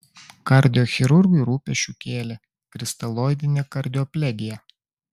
kardiochirurgui rūpesčių kėlė kristaloidinė kardioplegija